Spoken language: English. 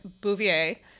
Bouvier